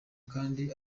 kandi